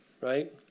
right